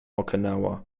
okinawa